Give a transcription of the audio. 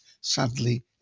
sadly